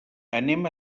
anem